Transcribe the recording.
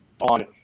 on